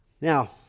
Now